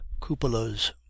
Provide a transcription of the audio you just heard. cupolas